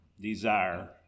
desire